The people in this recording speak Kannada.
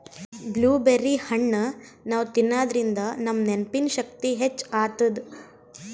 ಬ್ಲೂಬೆರ್ರಿ ಹಣ್ಣ್ ನಾವ್ ತಿನ್ನಾದ್ರಿನ್ದ ನಮ್ ನೆನ್ಪಿನ್ ಶಕ್ತಿ ಹೆಚ್ಚ್ ಆತದ್